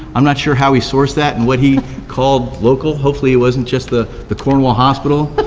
i'm not sure how he sourced that, and what he called local. hopefully it wasn't just the the cornwall hospital.